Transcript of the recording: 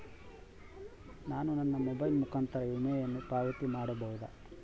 ನಾನು ನನ್ನ ಮೊಬೈಲ್ ಮುಖಾಂತರ ವಿಮೆಯನ್ನು ಪಾವತಿ ಮಾಡಬಹುದಾ?